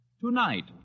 Tonight